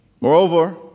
Moreover